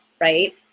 right